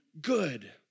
good